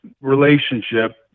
relationship